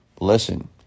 Listen